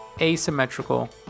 asymmetrical